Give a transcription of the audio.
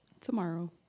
Tomorrow